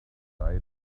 died